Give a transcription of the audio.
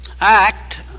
act